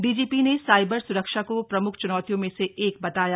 DGP ने cyber स्रक्षा को प्रम्ख च्नौतियों में से एक बताया